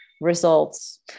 results